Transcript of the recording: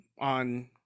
On